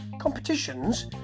competitions